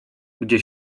gdzie